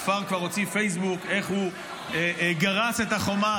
הכפר כבר הוציא פייסבוק איך הוא גרס את החומה,